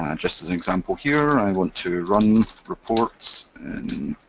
and just as an example here, i want to run reports in